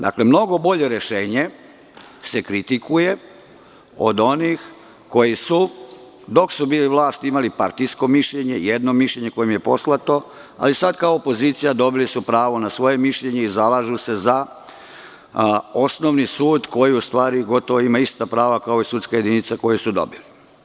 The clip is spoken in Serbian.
Dakle, mnogo bolje rešenje se kritikuje od onih koji su dok su bili na vlasti imali partijsko mišljenje, jedno mišljenje koje im je poslato, ali sad kao opozicija dobili su pravo na svoje mišljenje i zalažu se za osnovni sud, koji u stvari ima gotovo ista prava kao sudska jedinica koju su dobili.